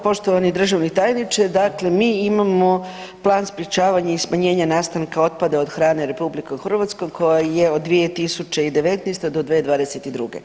Poštovani državni tajniče, dakle mi imamo plan sprječavanja i smanjenja nastanka otpada od hrane RH koja je od 2019. do 2022.